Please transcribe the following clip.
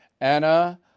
Anna